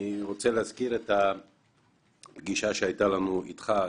אני רוצה להזכיר את הפגישה שהייתה לנו אתך,